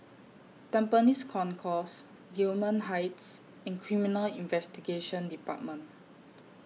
Tampines Concourse Gillman Heights and Criminal Investigation department